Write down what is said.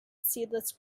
seedless